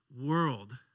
world